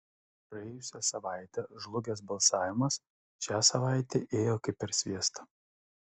praėjusią savaitę žlugęs balsavimas šią savaitę ėjo kaip per sviestą